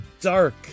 dark